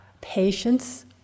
patience